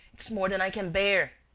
it's more than i can bear.